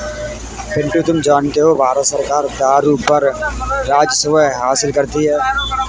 पिंटू तुम जानते हो भारत सरकार दारू पर राजस्व हासिल करती है